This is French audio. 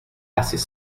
assez